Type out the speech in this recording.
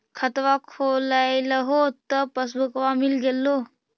खतवा खोलैलहो तव पसबुकवा मिल गेलो?